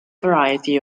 variety